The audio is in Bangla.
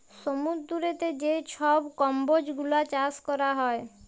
সমুদ্দুরেতে যে ছব কম্বজ গুলা চাষ ক্যরা হ্যয়